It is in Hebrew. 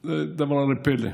זה דבר לפלא: